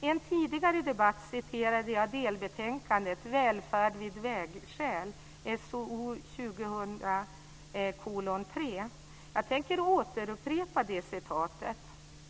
I en tidigare debatt citerade jag delbetänkandet Välfärd vid vägskäl . Jag tänker återupprepa det citatet.